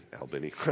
Albany